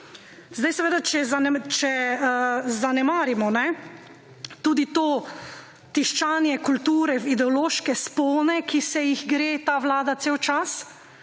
(Nadaljevanje) Če zanemarimo tudi to tiščanje kulture v ideološke spone, ki se jih gre ta vlada cel čas,